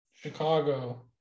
chicago